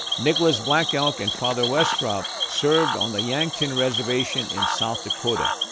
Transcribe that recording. nicholas black elk and father westropp served on the yankton reservation in south dakota,